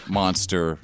monster